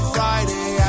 Friday